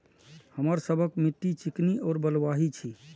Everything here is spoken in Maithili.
हमर सबक मिट्टी चिकनी और बलुयाही छी?